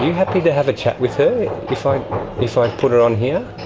happy to have a chat with her, if i if i put her on here?